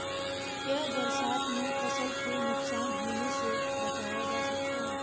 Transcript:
क्या बरसात में फसल को नुकसान होने से बचाया जा सकता है?